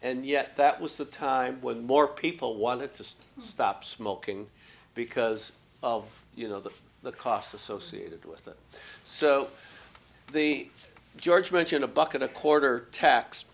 and yet that was the time when more people wanted to stop smoking because of you know the the costs associated with it so the george mentioned a buck and a quarter tax